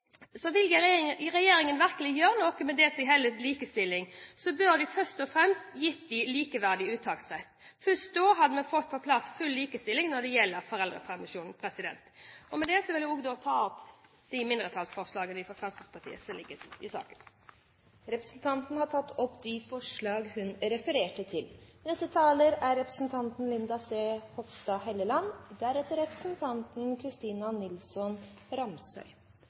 Vil regjeringen virkelig gjøre noe for å få likestilling, bør de først og fremst gi dem likeverdig uttaksrett. Først da får vi på plass full likestilling når det gjelder foreldrepermisjon. Med det vil jeg ta opp de mindretallsforslagene fra Fremskrittspartiet som ligger i saken, i tillegg til forslaget fra Fremskrittspartiet og Høyre. Representanten Solveig Horne har tatt opp de forslag hun refererte til. Høyre er